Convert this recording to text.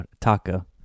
taco